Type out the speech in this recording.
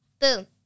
boom